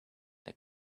this